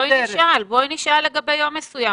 בואי נשאל לגבי יום מסוים.